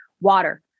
Water